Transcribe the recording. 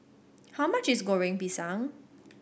how much is Goreng Pisang